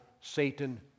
Satan